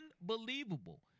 unbelievable